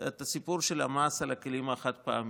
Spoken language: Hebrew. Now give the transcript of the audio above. את הסיפור של המס על הכלים החד-פעמיים.